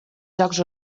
jocs